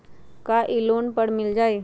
का इ लोन पर मिल जाइ?